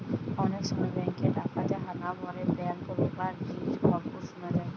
অনেক সময় বেঙ্ক এ ডাকাতের হানা পড়ে ব্যাঙ্ক রোবারির খবর শুনা যায়